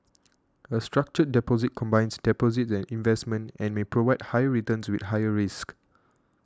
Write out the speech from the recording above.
a structured deposit combines deposits and investments and may provide higher returns with higher risks